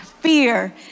Fear